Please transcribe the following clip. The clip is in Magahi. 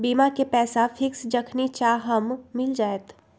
बीमा के पैसा फिक्स जखनि चाहम मिल जाएत?